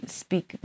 speak